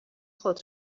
خود